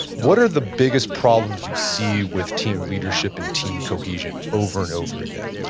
what are the biggest problems you see with team leadership and team cohesion over and over again?